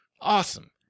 Awesome